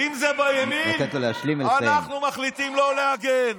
תנו לו להשלים ולסיים.